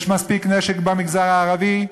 יש מספיק נשק במגזר הערבי,